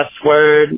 password